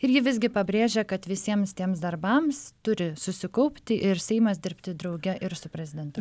ir ji visgi pabrėžia kad visiems tiems darbams turi susikaupti ir seimas dirbti drauge ir su prezidentu